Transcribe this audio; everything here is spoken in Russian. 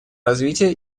развития